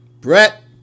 Brett